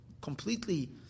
completely